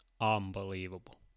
Unbelievable